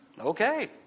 okay